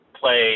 play